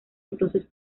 entonces